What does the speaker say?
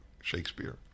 Shakespeare